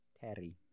Terry